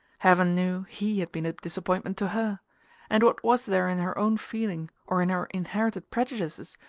heaven knew he had been a disappointment to her and what was there in her own feeling, or in her inherited prejudices,